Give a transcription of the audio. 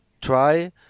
try